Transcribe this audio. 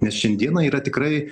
nes šiandieną yra tikrai